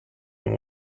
ont